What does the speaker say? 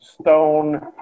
stone